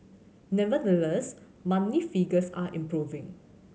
nevertheless monthly figures are improving